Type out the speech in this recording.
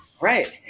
right